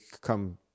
come